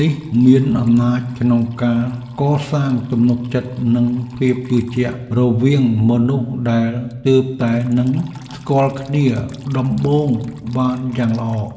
នេះមានអំណាចក្នុងការកសាងទំនុកចិត្តនិងភាពជឿជាក់រវាងមនុស្សដែលទើបតែនឹងស្គាល់គ្នាដំបូងបានយ៉ាងល្អ។